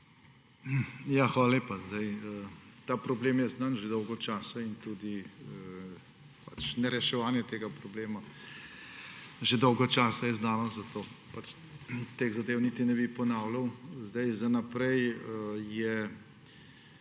Hvala lepa. Ta problem je znan že dolgo časa in tudi nereševanje tega problema. Že dolgo časa je to znano, zato teh zadev niti ne bi ponavljal. Za naprej je